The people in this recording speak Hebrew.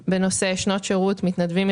בנושא: שנות שירות מתנדבים,